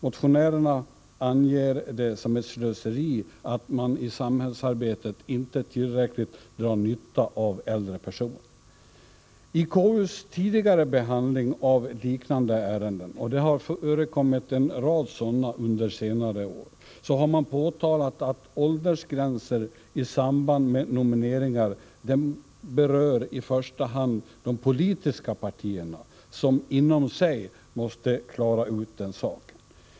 Motionärerna anger det som ett slöseri att man i samhällsarbetet inte tillräckligt drar nytta av äldre personer. I KU:s tidigare behandling av liknande ärenden — och det har förekommit en rad sådana under senare år — har man påtalat att åldersgränser i samband med nomineringar berör i första hand de politiska partierna, som inom sig måste klara ut den saken.